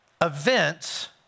events